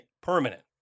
permanent